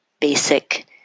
basic